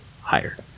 higher